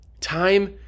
Time